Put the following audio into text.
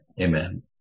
Amen